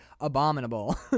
abominable